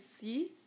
see